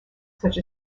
such